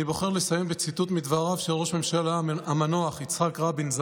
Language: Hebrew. אני בוחר לסיים בציטוט מדבריו של ראש הממשלה המנוח יצחק רבין,